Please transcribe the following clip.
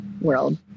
world